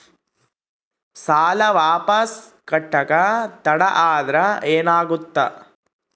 ಸಾಲ ವಾಪಸ್ ಕಟ್ಟಕ ತಡ ಆದ್ರ ಏನಾಗುತ್ತ?